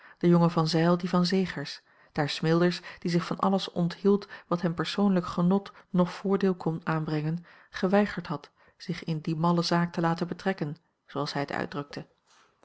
de jonge van zijl die van zegers daar smilders die zich van alles onthield wat hem persoonlijk genot noch voordeel kon aanbrengen geweigerd had zich in die malle zaak te laten betrekken zooals hij het uitdrukte